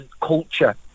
culture